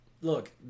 look